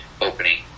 opening